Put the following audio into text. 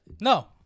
no